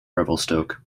revelstoke